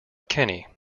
kenney